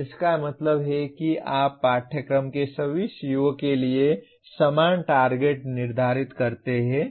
इसका मतलब है कि आप पाठ्यक्रम के सभी CO के लिए समान टारगेट निर्धारित करते हैं